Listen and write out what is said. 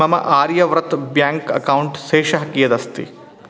मम Aryavart bank account शेषः कियत् अस्ति